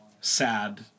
sad